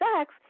sex